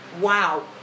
Wow